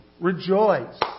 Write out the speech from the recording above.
rejoice